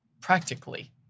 practically